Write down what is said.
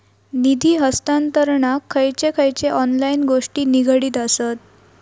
निधी हस्तांतरणाक खयचे खयचे ऑनलाइन गोष्टी निगडीत आसत?